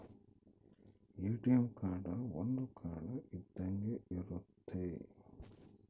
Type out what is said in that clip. ATM card ಒಂದ್ card ಇದ್ದಂಗೆ ಇರುತ್ತೆ